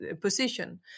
position